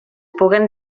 puguen